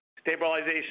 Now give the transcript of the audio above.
stabilization